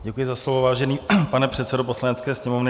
Děkuji za slovo, vážený pane předsedo Poslanecké sněmovny.